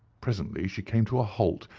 presently she came to a halt,